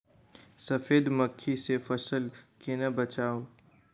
सफेद मक्खी सँ फसल केना बचाऊ?